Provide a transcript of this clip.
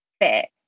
fit